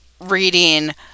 reading